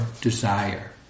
desire